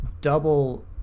double